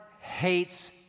hates